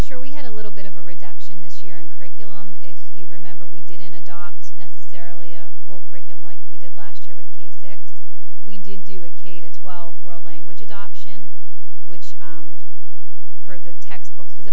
sure we had a little bit of a reduction this year and curriculum if you remember we didn't adopt necessarily a curriculum like we did last year with k six we did do a k to twelve world language adoption which for the textbooks was